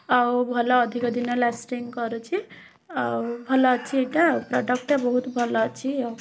ଆଉ ଭଲ ଅଧିକ ଦିନ ଲାଷ୍ଟିଙ୍ଗ୍ କରୁଛି ଆଉ ଭଲ ଅଛି ଏଇଟା ପ୍ରଡ଼କ୍ଟଟା ବହୁତ ଭଲ ଅଛି ଆଉ